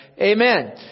Amen